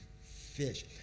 fish